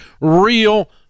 real